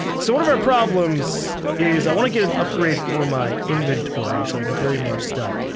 sort of our problems is i want to get an upgrade for my inventory, so i can carry more stuff.